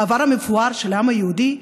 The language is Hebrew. העבר המפואר של העם היהודי?